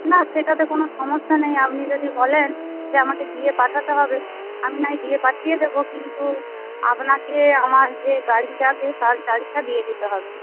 না সেটাতে কোনও সমস্যা নেই আপনি যদি বলেন যে আমাকে দিয়ে পাঠাতে হবে আমি নাহয় দিয়ে পাঠিয়ে দেব কিন্তু আপনাকে আমার যে গাড়ি যাবে তার চার্জটা দিয়ে দিতে হবে